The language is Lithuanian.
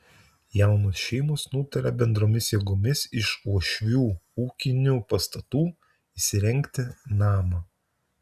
jaunos šeimos nutarė bendromis jėgomis iš uošvių ūkinių pastatų įsirengti namą